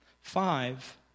Five